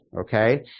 Okay